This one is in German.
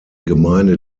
gemeinde